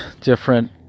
different